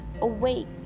Awake